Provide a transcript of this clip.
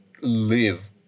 live